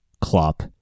Klopp